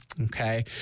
Okay